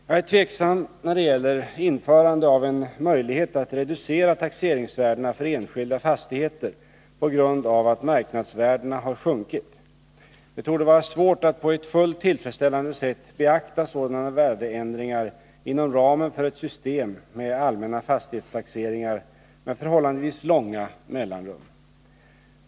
Jag är tveksam när det gäller införande av en möjlighet att reducera taxeringsvärdena för enskilda fastigheter på grund av att marknadsvärdena har sjunkit. Det torde vara svårt att på ett fullt tillfredsställande sätt beakta sådana värdeändringar inom ramen för ett system med allmänna fastighetstaxeringar med förhållandevis långa mellanrum.